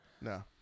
No